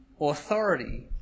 authority